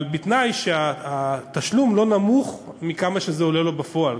בתנאי שהתשלום לא נמוך מכמה שזה עולה לו בפועל,